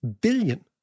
billion